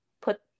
put